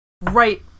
right